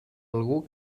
algú